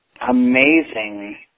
amazing